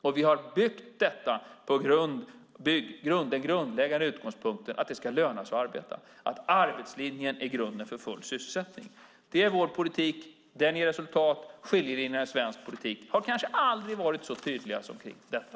Och vi har byggt detta på den grundläggande utgångspunkten att det ska löna sig att arbeta, att arbetslinjen är grunden för full sysselsättning. Det är vår politik. Den ger resultat. Skiljelinjerna i svensk politik har kanske aldrig varit så tydliga som kring detta.